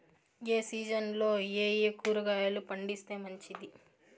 ఏ సీజన్లలో ఏయే కూరగాయలు పండిస్తే మంచిది